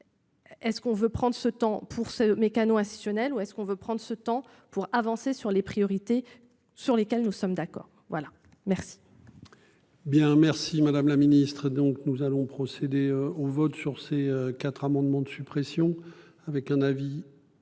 Est ce qu'on veut prendre ce temps pour ce mécano institutionnel ou est-ce qu'on veut prendre ce temps pour avancer sur les priorités sur lesquelles nous sommes d'accord. Voilà, merci.